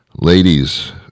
Ladies